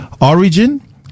Origin